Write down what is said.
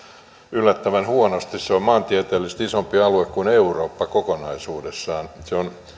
yllättävän huonosti se on maantieteellisesti isompi alue kuin eurooppa kokonaisuudessaan se on